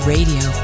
Radio